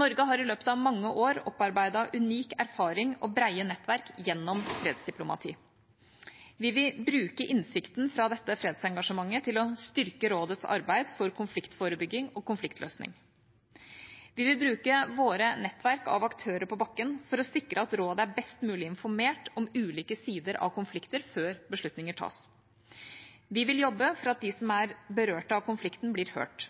Norge har i løpet av mange år opparbeidet unik erfaring og brede nettverk gjennom fredsdiplomati. Vi vil bruke innsikten fra dette fredsengasjementet til å styrke rådets arbeid for konfliktforebygging og konfliktløsning Vi vil bruke våre nettverk av aktører på bakken for å sikre at rådet er best mulig informert om ulike sider av konflikter før beslutninger tas. Vi vil jobbe for at de som er berørt av konflikten, blir hørt.